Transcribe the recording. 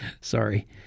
sorry